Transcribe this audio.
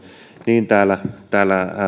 niin täällä täällä